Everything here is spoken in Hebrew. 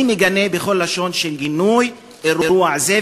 אני מגנה בכל לשון של גינוי אירוע זה,